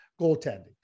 Goaltending